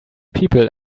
people